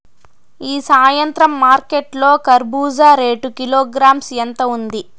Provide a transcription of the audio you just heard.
ఈ సాయంత్రం మార్కెట్ లో కర్బూజ రేటు కిలోగ్రామ్స్ ఎంత ఉంది?